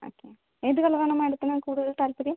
okay ഏത് colour ആണ് മേഡത്തിന് കൂടുതൽ താൽപര്യം